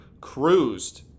cruised